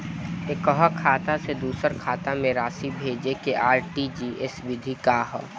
एकह खाता से दूसर खाता में राशि भेजेके आर.टी.जी.एस विधि का ह?